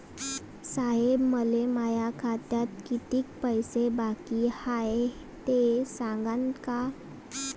साहेब, मले माया खात्यात कितीक पैसे बाकी हाय, ते सांगान का?